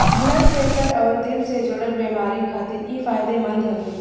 blood pressure अउरी दिल से जुड़ल बेमारी खातिर इ फायदेमंद हवे